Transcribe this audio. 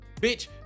Bitch